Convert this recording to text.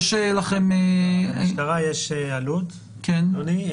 למשטרה יש עלות, אדוני.